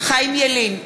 חיים ילין,